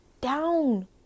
down